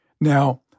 Now